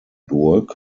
burg